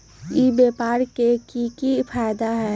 ई व्यापार के की की फायदा है?